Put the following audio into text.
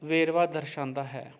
ਵੇਰਵਾ ਦਰਸ਼ਾਂਦਾ ਹੈ